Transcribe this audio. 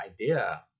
idea